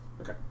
okay